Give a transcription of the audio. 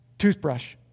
Toothbrush